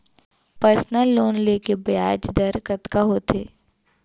Personal loan ले के ब्याज दर कतका होथे?